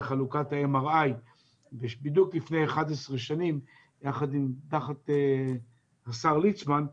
לחלוקת ה-MRI בדיוק לפני 11 שנים תחת השר ליצמן,